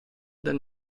del